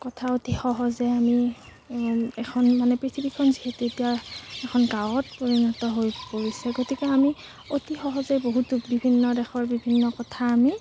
কথা অতি সহজে আমি এখন মানে পৃথিৱীখন যিহেতু এতিয়া এখন গাঁৱত পৰিণত হৈ পৰিছে গতিকে আমি অতি সহজে বহুতো বিভিন্ন দেশৰ বিভিন্ন কথা আমি